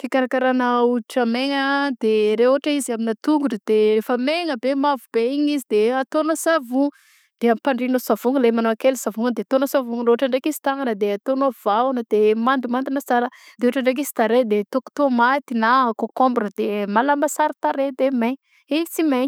Fikarakarana hoditra maigna de re ôhatra izy aminà tongotra de rehefa maigna be mavo be igny de ataonao savogno de ampandriagna savogno lemanao kely savogna de ataonao savogna de raha ôhatra ndraiky izy tagnana de ataonao vahoana de mandimandina tsara de ôhatra ndraiky izy tarehy de ataoko tômaty na kôkômbra de malama sara tarehy de main- izy sy maigna.